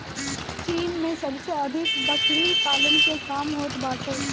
चीन में सबसे अधिक बकरी पालन के काम होत बाटे